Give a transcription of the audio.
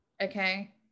okay